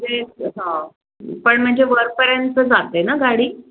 म्हणजे हां पण म्हणजे वरपर्यंत जाते ना गाडी